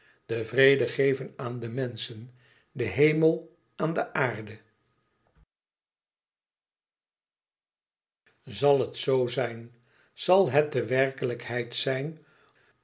de vrede geven aan de menschen de hemel aan de aarde zal het zoo zijn zal het de werkelijkheid zijn